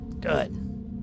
Good